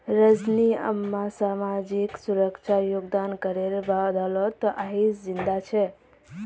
रजनी अम्मा सामाजिक सुरक्षा योगदान करेर बदौलत आइज जिंदा छ